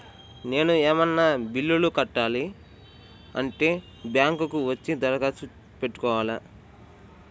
నేను ఏమన్నా బిల్లును కట్టాలి అంటే బ్యాంకు కు వచ్చి దరఖాస్తు పెట్టుకోవాలా?